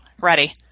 Ready